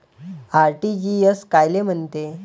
RTGS कायले म्हनते?